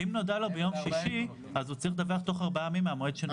אם נודע לו ביום שישי אז הוא צריך לדווח תוך ארבעה ימים מיום זה.